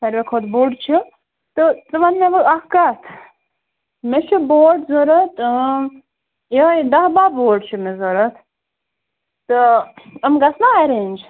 ساروٕے کھۄتہٕ بوٚڈ چھُ تہٕ ژٕ وَن تہٕ مےٚ وَن اکھ کَتھ مےٚ چھُ بوٹ ضروٗرت یِہَے دَہ باہ بوٹ چھِ مےٚ ضروٗرت تہٕ یِم گژھٕ نا ایرینج